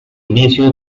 inicia